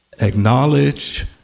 acknowledge